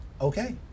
Okay